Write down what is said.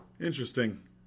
Interesting